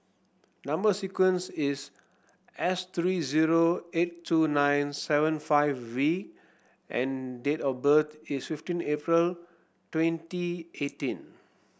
number sequence is S three zero eight two nine seven five V and date of birth is fifteen April twenty eighteen